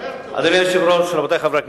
אדוני היושב-ראש, רבותי חברי הכנסת,